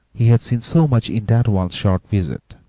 he had seen so much in that one short visit.